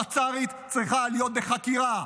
הפצ"רית צריכה להיות בחקירה,